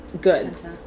goods